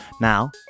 Now